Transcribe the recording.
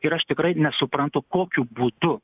ir aš tikrai nesuprantu kokiu būdu